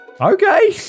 Okay